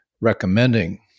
recommending